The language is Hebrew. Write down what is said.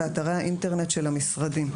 באתרי האינטרנט של המשרדים."